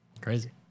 Crazy